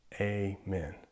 amen